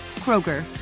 Kroger